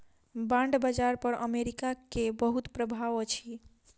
bond बाजार पर America के बहुत प्रभाव अछि